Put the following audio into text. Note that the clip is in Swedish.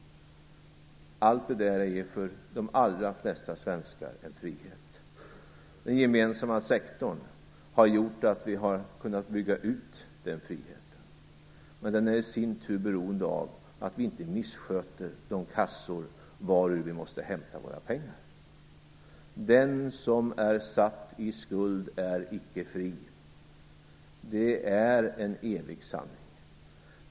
Allt det där är för de allra flesta svenskar en frihet. Den gemensamma sektorn har gjort att vi kunnat bygga ut den friheten. Men den i sin tur är beroende av att vi inte missköter de kassor varur vi måste hämta våra pengar. Den som är satt i skuld är icke fri är en evig sanning.